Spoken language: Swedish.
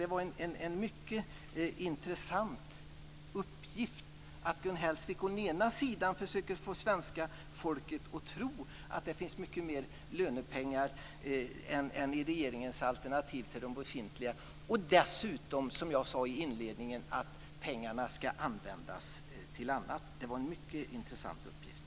Det var en mycket intressant uppgift att Gun Hellsvik försöker få svenska folket att tro att det finns mycket mer lönepengar än i regeringens alternativ till de befintliga poliserna och, som jag sade i inledningen, att pengarna dessutom ska användas till annat. Det var en mycket intressant uppgift.